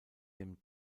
dem